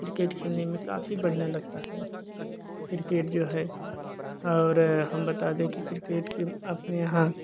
cricket खेलने में काफी बढ़िया लगता है क्रिकेट जो है और हम बता दे कि क्रिकेट की अपने यहाँ